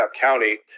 County